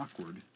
awkward